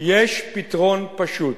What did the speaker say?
יש פתרון פשוט,